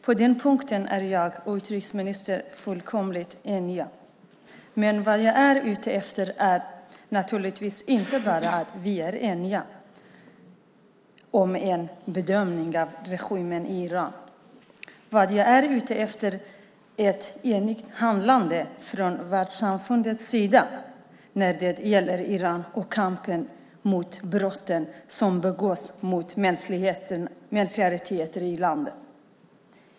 På den punkten är jag och utrikesministern fullkomligt eniga. Men vad jag är ute efter är naturligtvis inte bara att vi ska vara eniga om bedömningen av regimen i Iran. Vad jag är ute efter är ett enigt handlande från världssamfundets sida när det gäller Iran och kampen mot brotten som begås mot mänskliga rättigheter i landet.